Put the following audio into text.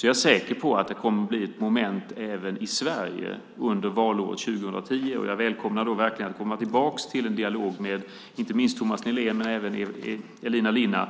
Då är jag säker på att det kommer att bli ett moment även i Sverige under valåret 2010, och jag välkomnar verkligen att komma tillbaka till en dialog med inte minst Thomas Nihlén men även Elina Linna